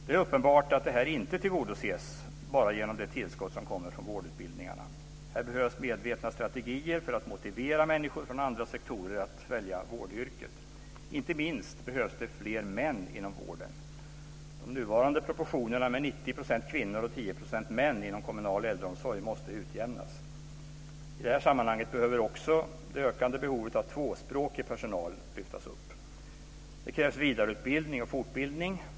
Det är uppenbart att det inte tillgodoses bara genom det tillskott som kommer från vårdutbildningarna. Här behövs medvetna strategier för att motivera människor från andra sektorer att välja vårdyrket. Inte minst behövs det fler män inom vården. Nuvarande proportioner med 90 % kvinnor och 10 % män inom kommunal äldreomsorg måste utjämnas. I det här sammanhanget behöver också det ökande behovet av tvåspråkig personal lyftas upp. Det krävs vidareutbildning och fortbildning.